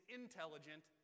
intelligent